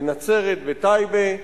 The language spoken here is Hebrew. בנצרת, בטייבה,